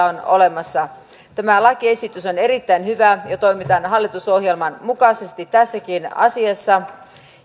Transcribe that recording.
on olemassa tämä lakiesitys on erittäin hyvä ja toimitaan hallitusohjelman mukaisesti tässäkin asiassa